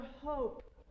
hope